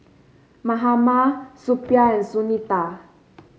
Mahatma Suppiah and Sunita